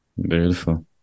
Beautiful